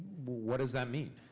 what does that mean?